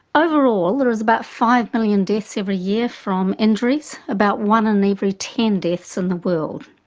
overall, there is about five million deaths every year from injuries, about one in every ten deaths in the world,